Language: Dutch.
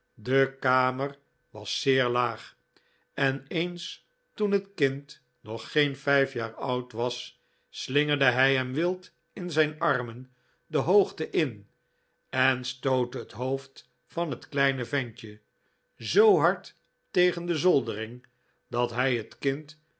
de kamer was zeer laag en eens toen het kind nog geen vijf jaar oud was slingerde hij hem wild in zijn armen de hoogte in en stootte het hoofd van het kleine ventje zoo hard tegen de zoldering dat hij het kind